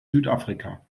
südafrika